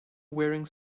wearing